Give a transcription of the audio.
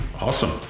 Awesome